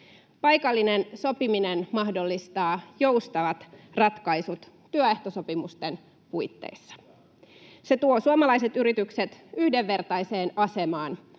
Paikallinen sopiminen mahdollistaa joustavat ratkaisut työehtosopimusten puitteissa. Se tuo suomalaiset yritykset yhdenvertaiseen asemaan